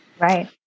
right